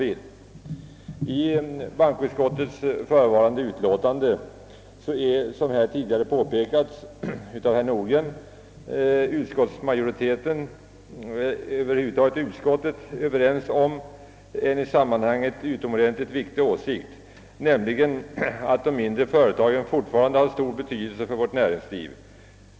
I bankoutskottets utlåtande är man, som tidigare påpekats av herr Nordgren, överens om en i sammanhanget utomordentligt viktig åsikt, nämligen att de mindre företagen fortfarande har stor betydelse för vårt näringsliv.